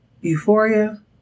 Euphoria